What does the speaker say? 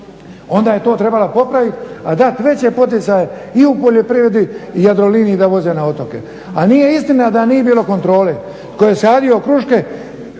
onda je to trebala popravit, dat veće poticaje i u poljoprivredi i Jadroliniji da voze na otoke. A nije istina da nije bilo kontrole, tko je sadio kruške